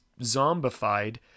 zombified